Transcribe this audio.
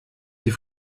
die